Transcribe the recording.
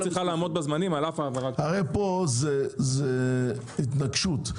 הרי פה זה התנגשות.